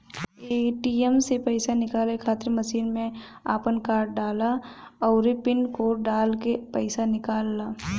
ATM से पईसा निकाले खातिर मशीन में आपन कार्ड डालअ अउरी पिन कोड डालके पईसा निकाल लअ